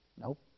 Nope